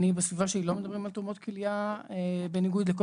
בסביבה שלי לא מדברים על תרומות כליה בניגוד לכל